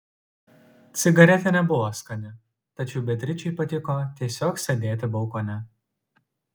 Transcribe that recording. cigaretė nebuvo skani tačiau beatričei patiko tiesiog sėdėti balkone